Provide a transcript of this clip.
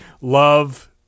love